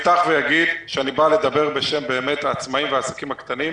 אני אפתח ואגיד שאני בא לדבר באמת בשם העצמאים והעסקים הקטנים,